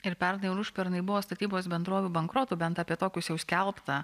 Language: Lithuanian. ir pernai ir užpernai buvo statybos bendrovių bankrotų bent apie tokius jau skelbta